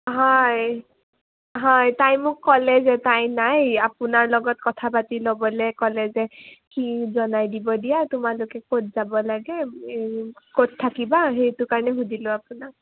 হয় হয় তাই মোক ক'লে যে তাই নাই আপোনাৰ লগত কথা পাতি ল'বলৈ ক'লে যে সি জনাই দিব দিয়া তোমালোকে ক'ত যাব লাগে ক'ত থাকিবা সেইটো কাৰণে সুধিলোঁ আপোনাক